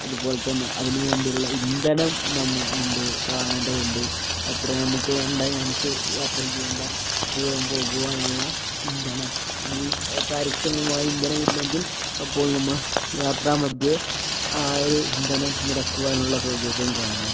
അതുപോലെ തന്നെ അതിന് വേണ്ടിയുള്ള ഇന്ധനം നമ്മൾ എന്ത് കാണേണ്ടതുണ്ട് അത്ര നമുക്ക് വേണ്ടത് നമുക്ക് യാത്ര ചെയേണ്ട ദൂരം പോകുവാനുള്ള ഇന്ധനം ഇനി കാര്യക്ഷമമായ ഇന്ധനമില്ലെങ്കിൽ അപ്പോൾ നമ്മൾ യാത്രാ മധ്യേ ആ ഒരു ഇന്ധനം നിറയ്ക്കുവാനുള്ള സൗകര്യം കാണണം